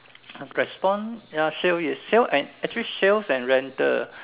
respond ya sales is sales and actually sales and rental